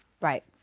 Right